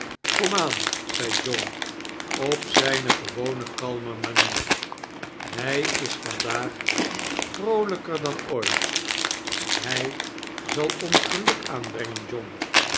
zeii john op zijne gewone kalme ma-ruier hij is vandaag vroolijker dan oait hij zal onis geluk aanbrengen john